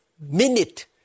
minute